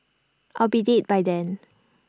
I'll be dead by then